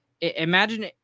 Imagine